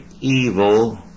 evil